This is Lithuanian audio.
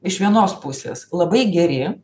iš vienos pusės labai geri